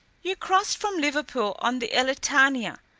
you crossed from liverpool on the elletania,